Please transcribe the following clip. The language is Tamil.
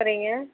சரிங்க